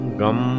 gum